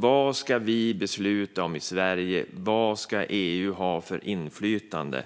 Vad ska vi besluta om i Sverige? Vad ska EU ha för inflytande